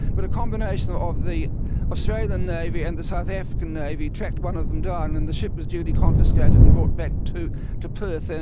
but a combination of the australian navy and the south african navy trucked one of them down and the ship was duly confiscated and brought back to to perth, and